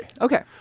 Okay